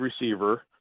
receiver